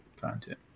content